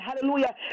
Hallelujah